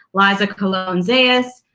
liza colon-zayas,